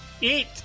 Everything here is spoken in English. eat